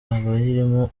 abayirimo